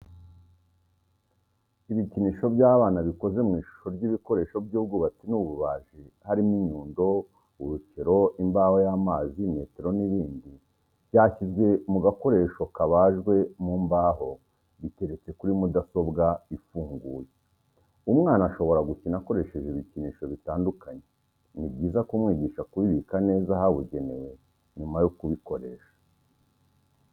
Ibikinisho by'abana bikoze mu ishusho y'ibikoresho by'ubwubatsi n'ububaji harimo inyundo, urukero, imbaho y'amazi, metero n'ibindi byashyizwe mu gakoresho kabajwe mu mbaho biteretse kuri mudasobwa ifunguye. Umwana ashobora gukina akoresheje ibikinisho bitandukanye ni byiza kumwigisha kubibika neza ahabugenewe nyuma yo kubikoresha.